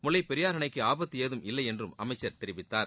முல்லைப் பெரியாறு அணைக்கு ஆபத்து ஏதும் இல்லை என்றும் அமைச்சர் தெரிவித்தார்